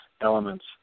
elements